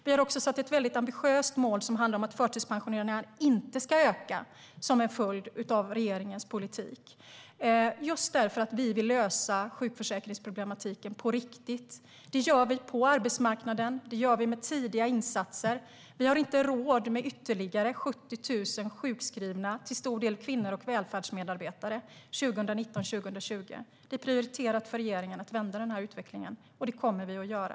Vi har också satt ett väldigt ambitiöst mål som handlar om att förtidspensioneringarna inte ska öka som en följd av regeringens politik, just därför att vi vill lösa sjukförsäkringsproblematiken på riktigt. Det gör vi på arbetsmarknaden. Det gör vi med tidiga insatser. Vi har inte råd med ytterligare 70 000 sjukskrivna, till stor del kvinnor och välfärdsmedarbetare, under 2019-2020. Det är prioriterat för regeringen att vända denna utveckling, och det kommer vi att göra.